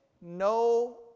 no